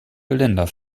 geländer